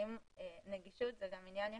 הרי נגישות זה גם עניין יחסי.